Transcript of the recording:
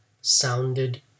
sounded